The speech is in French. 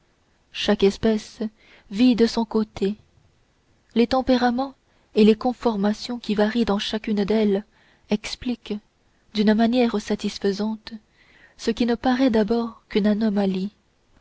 chaque espèce vit de son côté les tempéraments et les conformations qui varient dans chacune d'elles expliquent d'une manière satisfaisante ce qui ne paraît d'abord qu'une anomalie